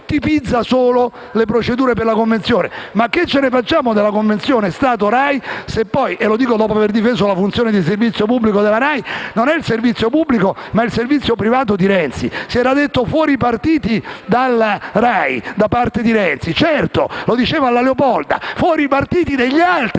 tipizza solo le procedure per la convenzione ma che ce ne facciamo della convenzione Stato-RAI se poi - e lo dico dopo aver difeso la funzione di servizio pubblico della RAI - non è il servizio pubblico, ma il servizio privato di Renzi? Renzi aveva detto fuori i partiti dalla RAI, certo lo diceva alla Leopolda: fuori i partiti degli altri